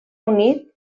unit